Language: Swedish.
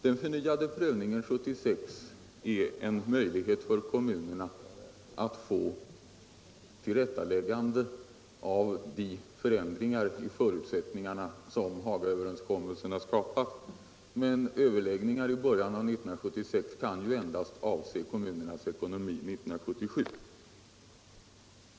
Den förnyade prövningen 1976 innebär en möjlighet för kommunerna att få tillrättaläggande av de förändringar i förutsättningarna som Hagaöverenskommelsen skapat, men överläggningar i början av 1976 kan endast avse kommunernas ekonomi 1977.